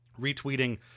retweeting